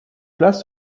place